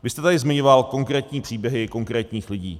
Vy jste tady zmiňoval konkrétní příběhy konkrétních lidí.